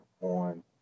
on